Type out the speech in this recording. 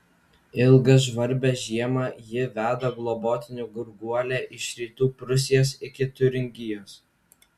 ilgą žvarbią žiemą ji veda globotinių gurguolę iš rytų prūsijos iki tiuringijos